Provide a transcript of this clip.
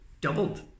Doubled